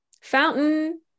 Fountain